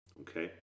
Okay